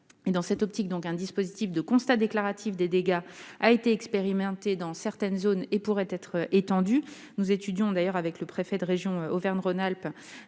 Dans cette optique, un dispositif de constat déclaratif des dégâts a été expérimenté dans certaines zones et pourrait être étendu. Nous étudions par ailleurs avec le préfet de la région Auvergne-Rhône-Alpes,